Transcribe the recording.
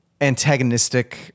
antagonistic